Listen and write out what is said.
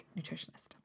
nutritionist